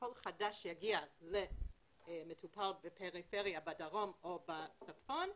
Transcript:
וכל חדש שיגיע למטופל בפריפריה בדרום או בצפון,